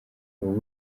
wowe